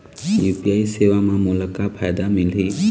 UPI सेवा म मोला का फायदा मिलही?